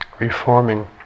reforming